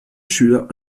schüler